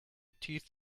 teeth